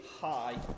Hi